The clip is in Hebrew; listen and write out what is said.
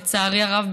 לצערי הרב,